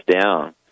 down